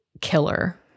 killer